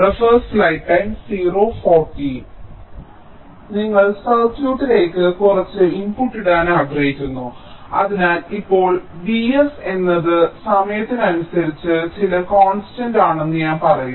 പക്ഷേ നിങ്ങൾ സർക്യൂട്ടിലേക്ക് കുറച്ച് ഇൻപുട്ട് ഇടാൻ ആഗ്രഹിക്കുന്നു അതിനാൽ ഇപ്പോൾ Vs എന്നത് സമയത്തിനനുസരിച്ച് ചില കോൺസ്റ്റന്റ് ആണെന്ന് ഞാൻ പറയും